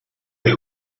les